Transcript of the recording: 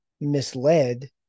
misled